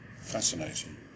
Fascinating